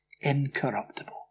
incorruptible